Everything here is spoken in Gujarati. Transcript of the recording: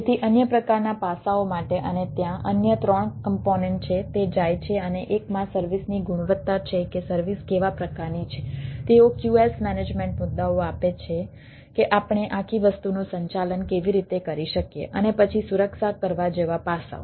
તેથી અન્ય પ્રકારના પાસાઓ માટે અને ત્યાં અન્ય ત્રણ કમ્પોનેન્ટ છે તે જાય છે અને એકમાં સર્વિસની ગુણવત્તા છે કે સર્વિસ કેવા પ્રકારની છે તેઓ QS મેનેજમેન્ટ મુદ્દાઓ આપે છે કે આપણે આખી વસ્તુનું સંચાલન કેવી રીતે કરી શકીએ અને પછી સુરક્ષા કરવા જેવા પાસાઓ